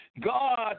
God